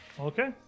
Okay